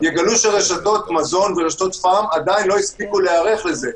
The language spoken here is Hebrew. יגלו שרשתות מזון ורשתות פארם עדיין לא הספיקו להיערך לזה.